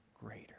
greater